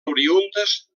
oriündes